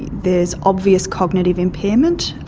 there's obvious cognitive impairment,